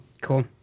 Cool